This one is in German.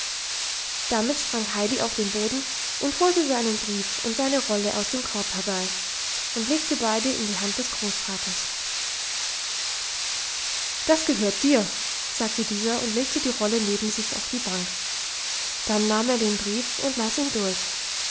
damit sprang heidi auf den boden und holte seinen brief und seine rolle aus dem korb herbei und legte beide in die hand des großvaters das gehört dir sagte dieser und legte die rolle neben sich auf die bank dann nahm er den brief und las ihn durch